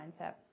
mindset